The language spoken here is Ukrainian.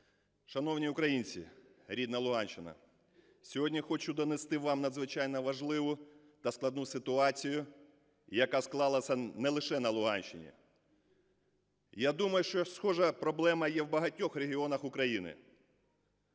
Шановні українці, рідна Луганщина! Сьогодні хочу донести вам надзвичайно важливу та складну ситуацію, яка склалася не лише на Луганщині. Я думаю, що схожа проблема є в багатьох регіонах України.